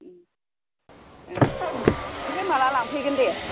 ओ ओमफ्राय माब्ला लांफैगोन दे